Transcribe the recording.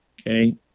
Okay